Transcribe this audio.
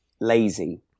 Lazy